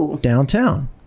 downtown